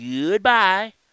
goodbye